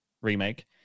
remake